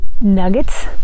nuggets